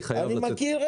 אני חייב לצאת להפרטה.